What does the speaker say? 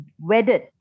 wedded